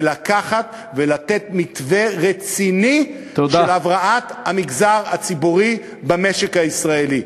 ולקחת ולתת מתווה רציני של הבראת המגזר הציבורי במשק הישראלי.